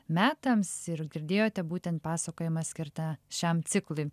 metams ir girdėjote būtent pasakojimą skirtą šiam ciklui